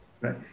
right